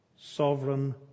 sovereign